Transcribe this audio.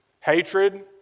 hatred